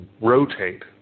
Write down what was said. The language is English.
rotate